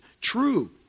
true